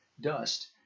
Dust